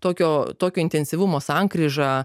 tokio tokio intensyvumo sankryža